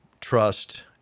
trust